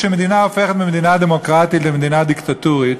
כשמדינה הופכת ממדינה דמוקרטית למדינה דיקטטורית,